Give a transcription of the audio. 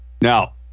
Now